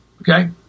okay